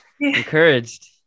Encouraged